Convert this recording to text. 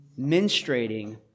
menstruating